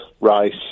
rice